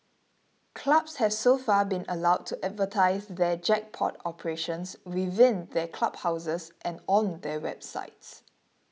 clubs have so far been allowed to advertise their jackpot operations within their clubhouses and on their websites